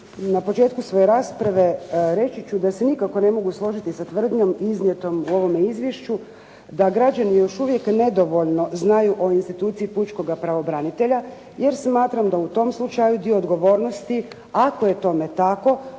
na početku svoje rasprave reći ću da se nikako ne mogu složiti sa tvrdnjom iznijetom u ovome izvješću da građani još uvijek nedovoljno znaju o instituciji pučkoga pravobranitelja jer smatram da u tom slučaju dio odgovornosti ako je tome tako